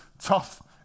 tough